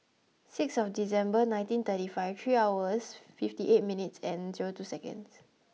six of December nineteen thirty five three hours fifty eight minutes and zero two seconds